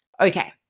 Okay